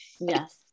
Yes